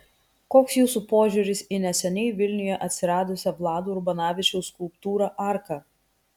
koks jūsų požiūris į neseniai vilniuje atsiradusią vlado urbanavičiaus skulptūrą arka